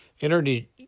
Energy